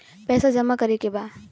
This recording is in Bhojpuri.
पैसा जमा करे के बा?